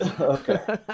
Okay